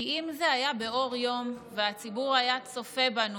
כי אם זה היה באור יום והציבור היה צופה בנו,